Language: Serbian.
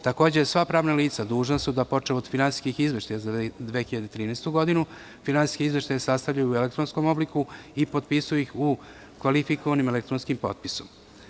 Takođe, sva pravna lica dužna su da, počev od finansijskih izveštaja za 2013. godinu, finansijske izveštaje sastavljaju u elektronskom obliku i potpisuju ih kvalifikovanim elektronskim potpisom.